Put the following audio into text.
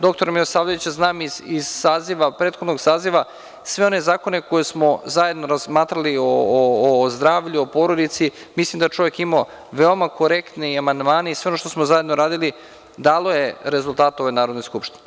Doktora Milisavljevića znam iz prethodnog saziva, sve one zakone koje smo zajedno razmatrali, o zdravlju, o porodici, mislim da je čovek imao veoma korektne amandmane i sve ono što smo zajedno radili dalo je rezultata u ovoj Narodnoj skupštini.